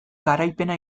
garaipena